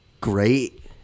great